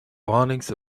warnings